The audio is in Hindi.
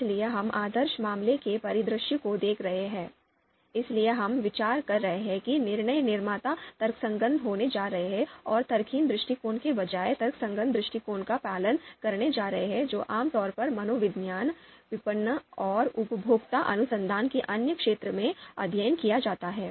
इसलिए हम आदर्श मामले के परिदृश्य को देख रहे हैं इसलिए हम विचार कर रहे हैं कि निर्णय निर्माता तर्कसंगत होने जा रहे हैं और तर्कहीन दृष्टिकोण के बजाय तर्कसंगत दृष्टिकोण का पालन करने जा रहे हैं जो आमतौर पर मनोविज्ञान विपणन और उपभोक्ता अनुसंधान के अन्य क्षेत्रों में अध्ययन किया जाता है